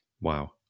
Wow